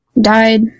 died